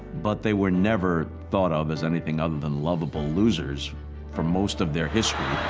but they were never thought of as anything other than lovable losers for most of their history.